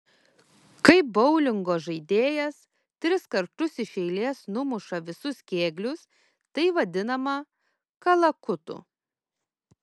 kai boulingo žaidėjas tris kartus iš eilės numuša visus kėglius tai vadinama kalakutu